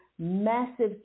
Massive